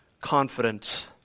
confidence